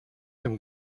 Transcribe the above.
tym